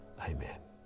Amen